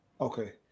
Okay